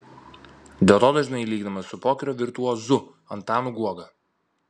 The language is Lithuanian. dėl to dažnai ji lyginama su pokerio virtuozu antanu guoga